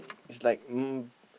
is like um